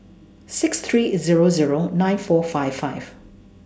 six three Zero Zero nine four five five